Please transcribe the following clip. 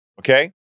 Okay